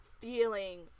feeling